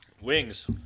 Wings